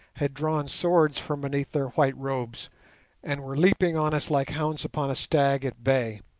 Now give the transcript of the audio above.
had drawn swords from beneath their white robes and were leaping on us like hounds upon a stag at bay.